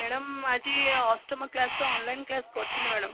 madam ଆଜି ଅଷ୍ଟମ କ୍ଳାସର ଅନ୍ଲାଇନ୍ କ୍ଳାସ କରୁଥିଲି ମ୍ୟାଡ଼ମ